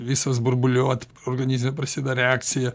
visas burbuliuot organizme prasideda reakcija